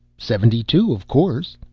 seventy-two, of course.